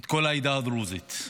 את כל העדה הדרוזית,